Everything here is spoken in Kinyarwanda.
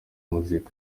muzika